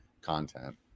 content